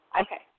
Okay